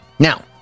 Now